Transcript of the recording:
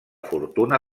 fortuna